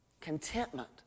contentment